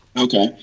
okay